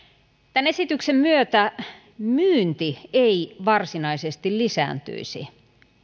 tämän esityksen myötä myynti ei varsinaisesti lisääntyisi